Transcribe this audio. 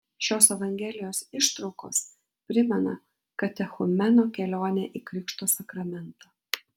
šios evangelijos ištraukos primena katechumeno kelionę į krikšto sakramentą